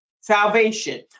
salvation